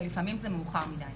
ולפעמים זה מאוחר מדי.